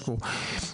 מקצועי.